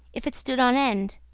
if it stood on end.